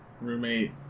Roommate